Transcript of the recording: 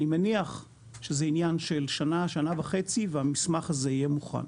אני מניח שזה עניין של שנה-שנה וחצי והמסמך הזה יהיה מוכן.